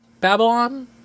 Babylon